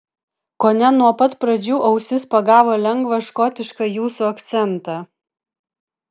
kone nuo pat pradžių ausis pagavo lengvą škotišką jūsų akcentą